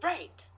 Right